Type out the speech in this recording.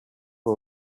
who